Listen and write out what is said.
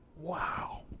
Wow